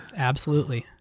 absolutely.